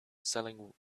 selling